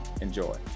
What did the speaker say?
Enjoy